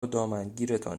دامنگیرتان